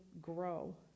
grow